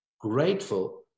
Grateful